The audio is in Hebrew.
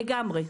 לגמרי.